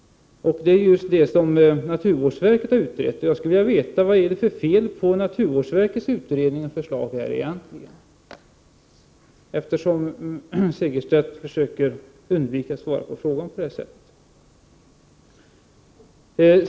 Det är just det som naturvårdsverket har utrett. Jag skulle vilja veta vad det egentligen är för fel på naturvårdsverkets utredning och förslag på den punkten, eftersom Martin Segerstedt försöker att undvika att svara på frågan.